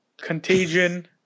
Contagion